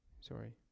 sorry